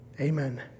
Amen